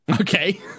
Okay